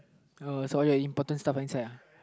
uh sorry uh important stuff inside uh